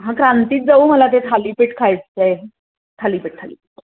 हां क्रांतीच जाऊ मला ते थालीपीठ खायचं आहे थालीपीठ थालीपीठ